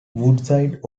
woodside